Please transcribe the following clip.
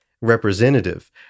representative